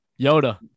Yoda